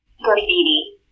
Graffiti